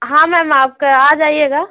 हाँ मैम आपका आ जाएइगा